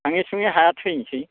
थाङै थुङै हाया थैनोसै